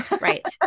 Right